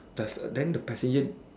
does then the passenger